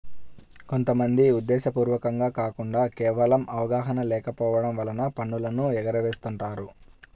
కొంత మంది ఉద్దేశ్యపూర్వకంగా కాకుండా కేవలం అవగాహన లేకపోవడం వలన పన్నులను ఎగవేస్తుంటారు